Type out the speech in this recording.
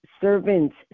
servants